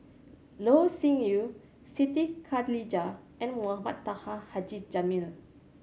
Loh Sin Yun Siti Khalijah and Mohamed Taha Haji Jamil